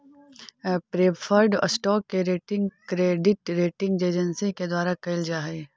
preferred stock के rating credit rating agency के द्वारा कैल जा हइ